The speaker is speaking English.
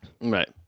Right